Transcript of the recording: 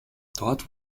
dort